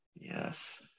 Yes